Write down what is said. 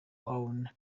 own